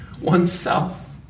oneself